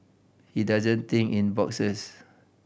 he doesn't think in boxes